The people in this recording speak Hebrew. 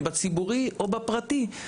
אם בציבורי או בפרטי,